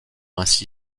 ainsi